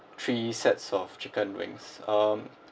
three sets of chicken wings um